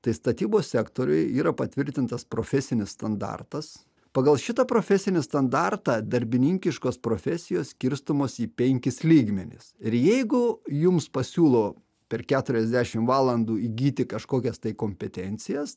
tai statybos sektoriuj yra patvirtintas profesinis standartas pagal šitą profesinį standartą darbininkiškos profesijos skirstomos į penkis lygmenis ir jeigu jums pasiūlo per keturiasdešim valandų įgyti kažkokias kompetencijas